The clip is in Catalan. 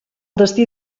destí